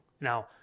Now